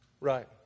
Right